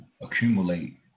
accumulate